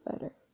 better